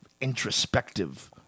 introspective